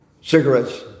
cigarettes